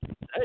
Hey